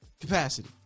capacity